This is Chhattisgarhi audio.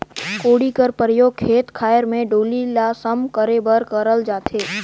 कोड़ी कर परियोग खेत खाएर मे डोली ल सम करे बर करल जाथे